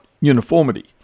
uniformity